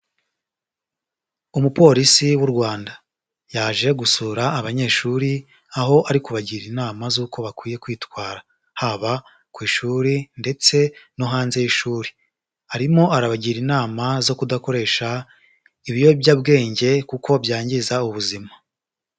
Umupolisi w'u Rwanda, yaje gusura abanyeshuri aho ari kubagira inama z'uko bakwiye kwitwara haba ku ishuri ndetse no hanze y'ishuri, arimo arabagira inama zo kudakoresha ibiyobyabwenge kuko byangiza ubuzima.